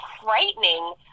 frightening